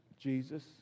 Jesus